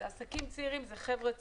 אלה עסקים צעירים, אלה חבר'ה צעירים.